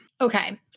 Okay